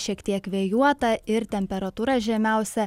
šiek tiek vėjuota ir temperatūra žemiausia